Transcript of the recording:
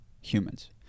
humans